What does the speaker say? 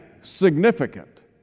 significant